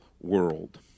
world